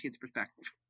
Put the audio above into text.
perspective